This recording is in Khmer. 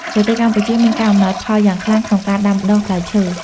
ប្រទេសកម្ពុជាមានការអំណោយផលយ៉ាងខ្លាំងក្នុងការដាំដុះផ្លែឈើ។